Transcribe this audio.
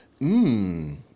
Mmm